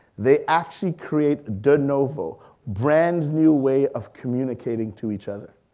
they actually create de novo brand new way of communicating to each other.